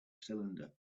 cylinder